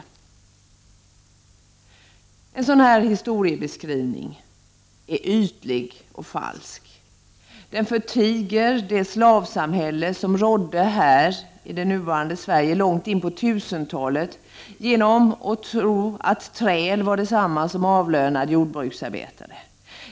Den här historiebeskrivningen är ytlig och falsk. Den förtiger att det här i vårt land rådde ett slavsamhälle långt in på 1000-talet genom att ge intryck av träl var detsamma som avlönad jordbruksarbetare.